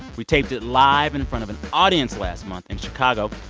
we taped it live in front of an audience last month in chicago.